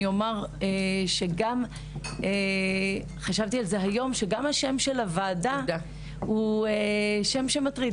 אני אומר שגם השם של הוועדה הוא שם שמטריד.